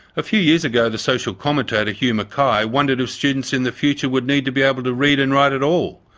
a few years ago the social commentator hugh mackay wondered if students in the future would need to be able to read and write at all,